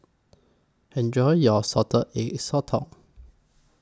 Enjoy your Salted Egg Sotong